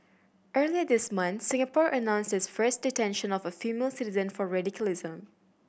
earlier this month Singapore announced its first detention of a female citizen for radicalism